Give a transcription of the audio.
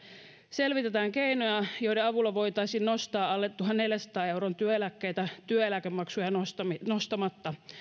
selvitetään keinoja joiden avulla voitaisiin nostaa alle tuhannenneljänsadan euron työeläkkeitä työeläkemaksuja nostamatta